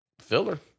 filler